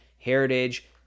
Heritage